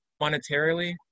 monetarily